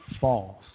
False